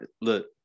Look